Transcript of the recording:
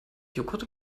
joghurt